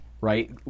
right